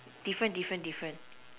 different different different